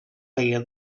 feia